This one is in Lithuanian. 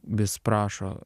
vis prašo